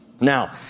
Now